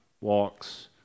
walks